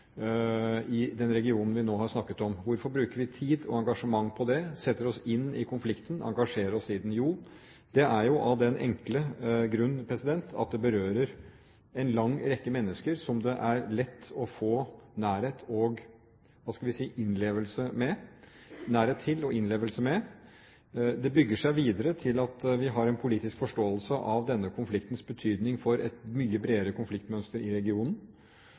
i fjellområdene i den regionen vi nå har snakket om? Hvorfor bruker vi tid og engasjement på det, setter oss inn i konflikten, engasjerer oss i den? Jo, det er av den enkle grunn at det berører en lang rekke mennesker som det er lett å få nærhet til og – skal vi si – innlevelse med. Det bygger seg videre til at vi har en politisk forståelse av denne konfliktens betydning for et mye bredere konfliktmønster i regionen,